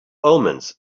omens